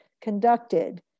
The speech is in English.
conducted